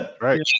right